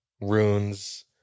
runes